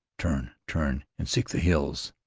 turn, turn and seek the hills,